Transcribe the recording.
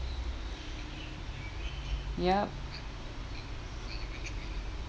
yup